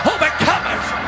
Overcomers